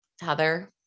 Heather